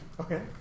Okay